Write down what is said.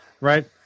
Right